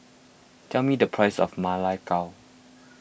tell me the price of Ma Lai Gao